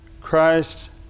Christ